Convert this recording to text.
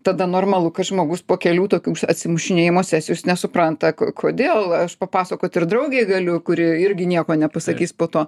tada normalu kad žmogus po kelių tokių atsimušinėjimo sesijų jis nesupranta kodėl aš papasakot ir draugei galiu kuri irgi nieko nepasakys po to